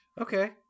Okay